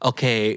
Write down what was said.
Okay